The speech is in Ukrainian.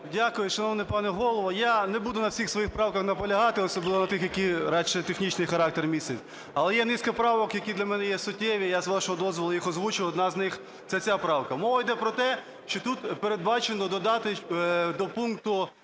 Дякую, шановний пане Голово. Я не буду на всіх своїх правках наполягати, особливо тих, які радше технічний характер містять. Але є низка правок, які для мене є суттєві, і я, з вашого дозволу, їх озвучу. Одна з них – це ця правка. Мова йде про те, що тут передбачено додати до пункту